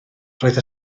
roedd